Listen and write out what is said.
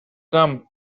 come